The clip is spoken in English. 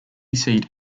seat